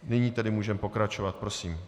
Nyní tedy můžeme pokračovat, prosím.